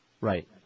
Right